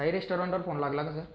साई रेश्टॉरंटवर फोन लागला का सर